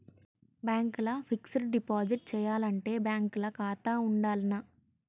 Bank ల fixed deposit చేయాలంటే bank ల ఖాతా ఉండాల్నా?